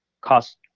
cost